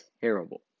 terrible